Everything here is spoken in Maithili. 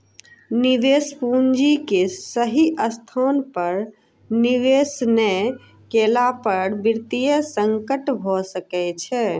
निवेश पूंजी के सही स्थान पर निवेश नै केला पर वित्तीय संकट भ सकै छै